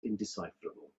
indecipherable